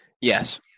Yes